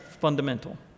fundamental